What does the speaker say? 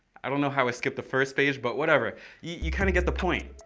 i don't know how i skipped the first page, but whatever you kinda get the point.